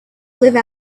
live